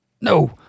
No